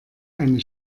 eine